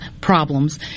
problems